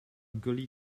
gully